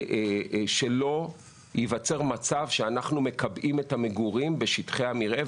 שלא ייווצר מצב שאנחנו מקבעים את המגורים בשטחי המרעה.